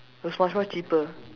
was much more cheaper